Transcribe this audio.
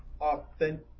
authentic